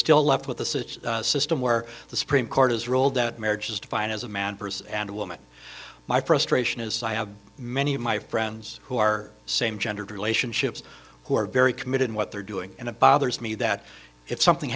still left with the system where the supreme court has ruled that marriage is defined as a man purse and a woman my frustration is i have many of my friends who are same gendered relationships who are very committed in what they're doing and it bothers me that if something